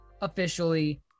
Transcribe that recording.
officially